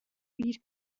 byd